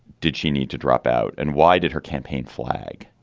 did she need to drop out and why did her campaign flag?